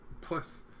plus